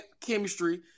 chemistry